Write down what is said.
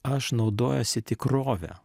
aš naudojuosi tikrove